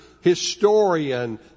historian